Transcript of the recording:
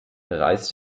reiß